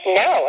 no